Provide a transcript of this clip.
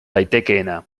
daitekeena